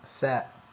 set